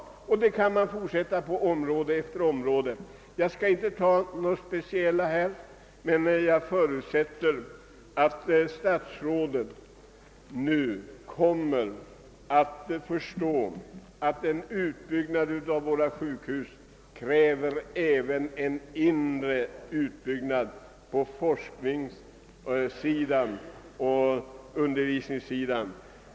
Så skulle man kunna fortsätta på område efter område. Jag skall dock inte ta upp några speciella sådana här, men jag förutsätter att statsrådet kommer att förstå att en utbyggnad av våra sjukhus även kräver en inre utbyggnad på forskarsidan och undervisningssidan.